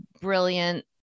brilliant